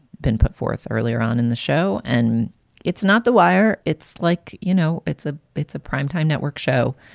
been put forth earlier on in the show. and it's not the wire. it's like, you know, it's a it's a primetime network show.